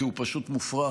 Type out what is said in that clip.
כי הוא פשוט מופרך,